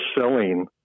selling